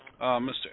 Mr